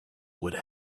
would